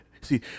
see